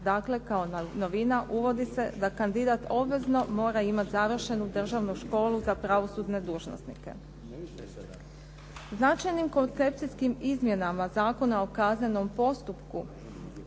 Dakle, kao novina uvodi se da kandidat obvezno mora imati završenu državnu školu za pravosudne dužnosnike. Značajnim koncepcijskim izmjenama Zakona o kaznenom postupku